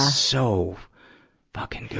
so fucking good!